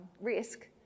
risk